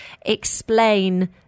explain